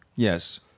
Yes